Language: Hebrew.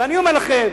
ואני אומר לכם: